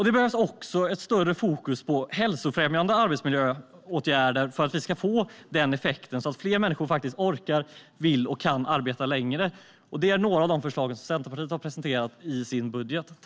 Det behövs också större fokus på hälsofrämjande arbetsmiljöåtgärder så att fler människor orkar, vill och kan arbeta längre. Detta är några av de förslag som Centerpartiet har presenterat i sin budget.